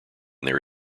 their